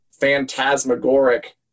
phantasmagoric